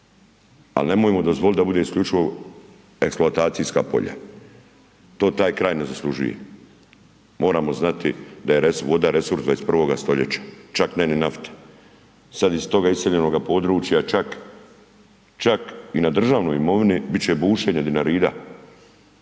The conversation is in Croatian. al nemojmo dozvolit da bude isključivo eksploatacijska polja, to taj kraj ne zaslužuje. Moramo znati da je voda resurs 21. stoljeća, čak ne ni nafte, sada iz toga iseljenoga područja čak, čak i na državnoj imovini bit će bušenje Dinarida.